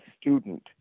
student